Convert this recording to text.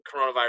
coronavirus